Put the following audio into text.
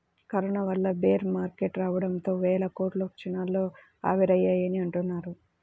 corona వల్ల bear market రావడంతో వేల కోట్లు క్షణాల్లో ఆవిరయ్యాయని అంటున్నారు